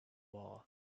war